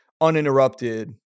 uninterrupted